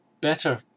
better